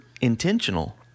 intentional